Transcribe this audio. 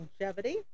longevity